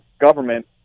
government